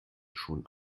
schon